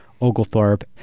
Oglethorpe